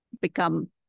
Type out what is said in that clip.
become